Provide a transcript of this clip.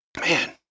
Man